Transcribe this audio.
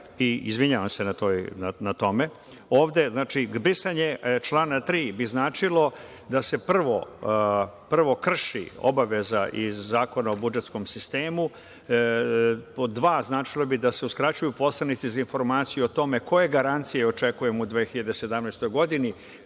i izvinjavam se na tome. Brisanje člana tri bi značilo da se prvo krši obaveza iz Zakona o budžetskom sistemu. Pod dva, značilo bi da se uskraćuju poslanici za informaciju o tome koje garancije očekujemo u 2017. godini,